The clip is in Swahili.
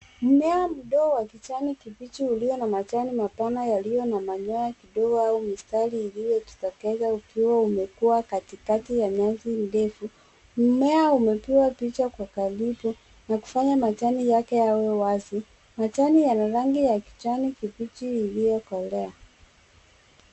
Mmea mdogo wa kijani kibichi ulio na majani mapana yaliyo na manyoya madogo au mistari iliyojitokeza ukiwa umekua katikati ya nyasi ndefu. Mmmea umepigwa picha kwa karibu na kufanya majani yake yawe wazi. Majani yana rangi ya kijani kibichi iliyokolea.